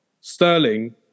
Sterling